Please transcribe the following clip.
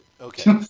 Okay